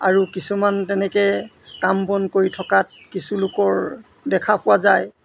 আৰু কিছুমান তেনেকৈ কাম বন কৰি থকাত কিছুলোকৰ দেখা পোৱা যায়